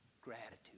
Gratitude